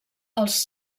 els